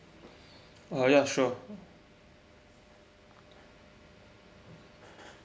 uh ya sure